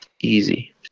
Easy